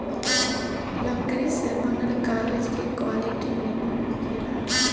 लकड़ी से बनल कागज के क्वालिटी निमन होखेला